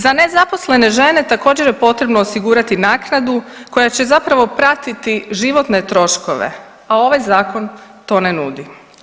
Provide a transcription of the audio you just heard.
Za nezaposlene žene također je potrebno osigurati naknadu koja će zapravo pratiti životne troškove, a ovaj zakon to ne nudi.